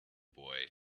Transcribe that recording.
boy